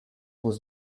was